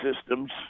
systems